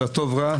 ולטוב רע,